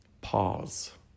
Pause